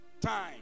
time